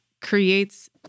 creates